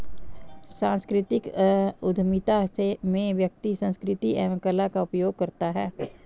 सांस्कृतिक उधमिता में व्यक्ति संस्कृति एवं कला का उपयोग करता है